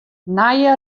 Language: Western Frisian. nije